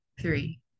three